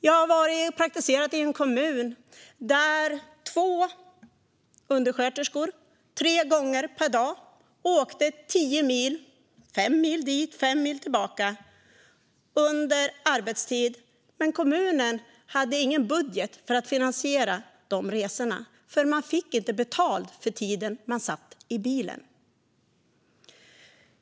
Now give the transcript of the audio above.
Jag praktiserade i en kommun där två undersköterskor under arbetstid tre gånger per dag åkte tio mil, fem mil dit och fem mil tillbaka, men kommunen hade ingen budget för att finansiera de resorna. Man fick alltså inte betalt för den tid man satt i bilen.